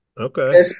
Okay